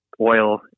oil